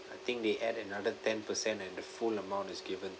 I think they add another ten percent and the full amount is given